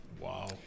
Wow